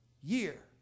year